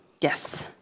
Yes